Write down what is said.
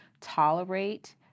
tolerate